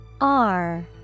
-R